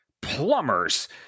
plumbers